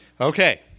Okay